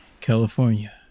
California